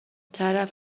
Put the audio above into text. طرف